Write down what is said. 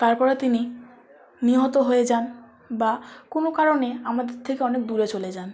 তারপরে তিনি নিহত হয়ে যান বা কোনো কারণে আমাদের থেকে অনেক দূরে চলে যান